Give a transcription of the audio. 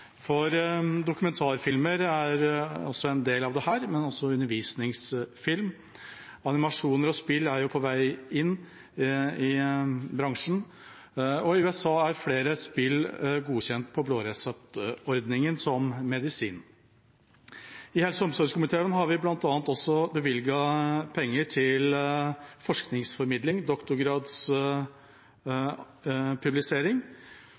for dokumentarfilmer er også en del av dette, men også undervisningsfilm. Animasjoner og spill er på vei inn i bransjen. I USA er flere spill godkjent på blåreseptordningen som medisin. I helse- og omsorgskomiteen har vi bl.a. også bevilget penger til forskningsformidling,